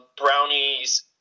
Brownies